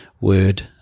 word